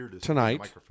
tonight